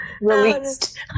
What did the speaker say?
released